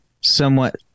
somewhat